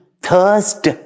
thirst